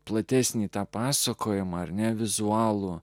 platesnį tą pasakojimą ar ne vizualų